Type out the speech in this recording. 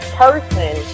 person